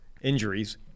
injuries